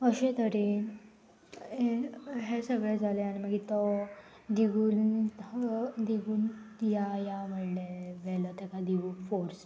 अशें तरेन हे सगळें जाले आनी मागीर तो दिगून दिगून या या म्हणलें व्हेलो तेका दिगूक फोर्स